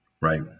Right